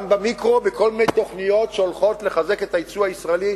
גם במיקרו בכל מיני תוכניות שהולכות לחזק את היצוא הישראלי,